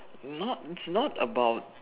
not not it's not about